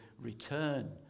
return